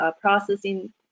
processing